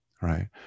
right